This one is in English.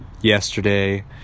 yesterday